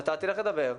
נתתי לך לדבר,